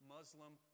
Muslim